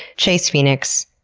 chase penix,